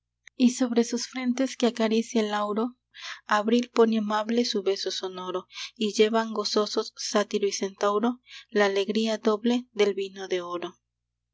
y sobre sus frentes que acaricia el lauro abril pone amable su beso sonoro y llevan gozosos sátiro y centauro la alegría noble del vino de oro